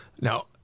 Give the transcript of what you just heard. now